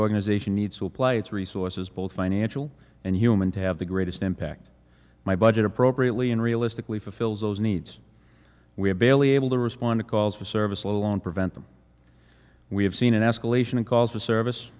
organization needs to apply its resources both financial and human to have the greatest impact my budget appropriately and realistically fulfills those needs we have barely able to respond to calls for service alone prevent them we have seen an escalation in calls to service